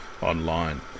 online